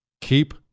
Keep